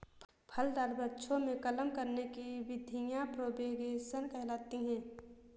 फलदार वृक्षों में कलम करने की विधियां प्रोपेगेशन कहलाती हैं